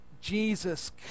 Jesus